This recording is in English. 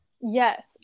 Yes